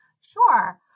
Sure